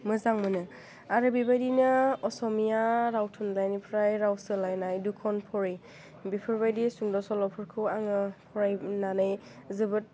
मोजां मोनो आरो बेबायदिनो अस'मिया राव थुनलाइनिफ्राय राव सोलायनाय दुखन भरि बेफोरबायदि सुंद' सल'फोरखौ आङो फरायनानै जोबोद